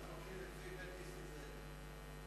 אנחנו הולכים לפי בית נסים זאב.